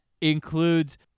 includes